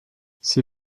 sie